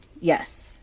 Yes